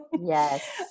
Yes